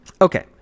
Okay